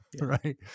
Right